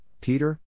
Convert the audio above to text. Peter